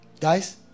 guys